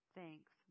Thanks